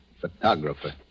photographer